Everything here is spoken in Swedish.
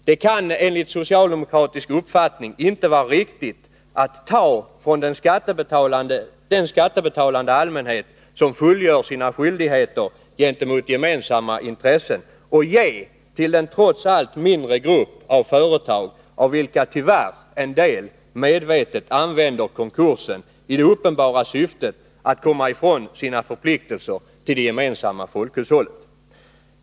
Det kan enligt socialdemokratisk uppfattning inte vara riktigt att ta från den skattebetalande allmänhet som fullgör sina skyldigheter gentemot gemensamma intressen och ge till en trots allt mindre grupp av företag, av vilka tyvärr en del medvetet använder konkursen i det uppenbara syftet att komma ifrån sina förpliktelser till det gemensamma folkhushållet.